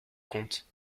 comte